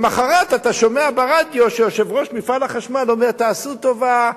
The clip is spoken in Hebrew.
למחרת אתה שומע ברדיו שיושב-ראש חברת החשמל אומר: תעשו טובה,